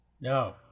No